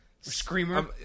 Screamer